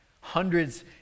Hundreds